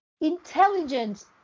intelligence